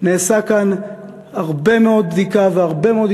נעשתה כאן בדיקה רבה מאוד,